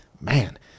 man